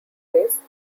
race